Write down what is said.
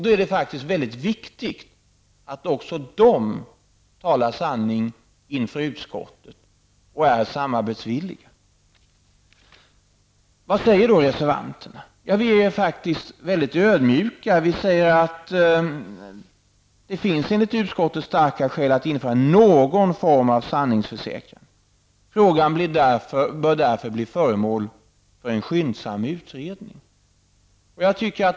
Då är det mycket viktigt att även de talar sanning inför utskottet och är samarbetsvilliga. Vad säger då reservanterna? Vi är faktiskt väldigt ödmjuka. Vi säger att det enligt utskottet finns starka skäl att införa någon form av sanningsförsäkran. Frågan bör därför bli föremål för en skyndsam utredning.